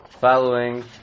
following